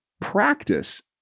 practice